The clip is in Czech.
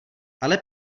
ale